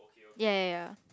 ya ya ya